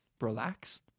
Relax